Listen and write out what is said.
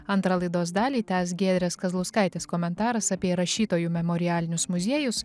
antrą laidos dalį tęs giedrės kazlauskaitės komentaras apie rašytojų memorialinius muziejus